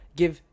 give